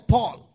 Paul